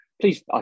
please